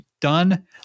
done